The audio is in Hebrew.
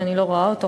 שאני לא רואה אותו,